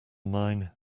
mine